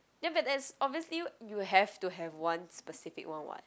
then but there's obviously you'll have to have one specific [one] [what]